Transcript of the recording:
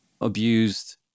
abused